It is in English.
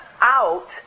out